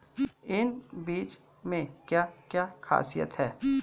इन बीज में क्या क्या ख़ासियत है?